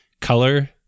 color